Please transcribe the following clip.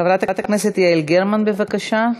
חברת הכנסת יעל גרמן, בבקשה.